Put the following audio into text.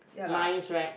lines right